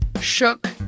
Shook